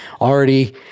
already